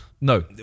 no